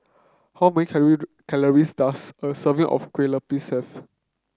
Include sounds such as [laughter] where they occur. how many [unintelligible] calories does a serving of Kueh Lupis have